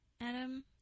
Adam